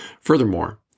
Furthermore